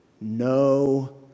No